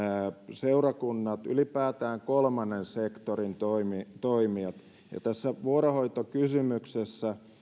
seurakunnat ylipäätään kolmannen sektorin toimijat tässä vuorohoitokysymyksessä